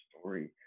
story